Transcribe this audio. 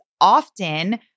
often